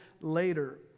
later